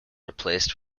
replaced